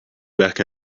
back